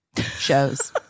shows